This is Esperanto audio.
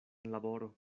laboro